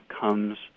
comes